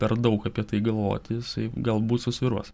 per daug apie tai galvoti jisai galbūt susvyruos